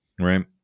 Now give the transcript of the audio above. right